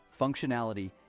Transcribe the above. functionality